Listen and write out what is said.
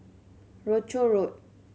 Rochor Road